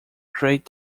great